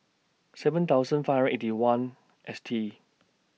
seven thousand five hundred and Eighty One S T